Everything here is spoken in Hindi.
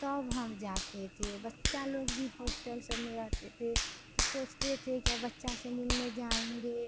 तब हम जाते थे बच्चा लोग भी होस्टल सब में रहते थे सोचते थे कि बच्चा से मिलने जाएँगे